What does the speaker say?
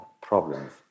problems